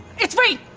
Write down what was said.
it's free.